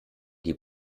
die